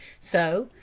so,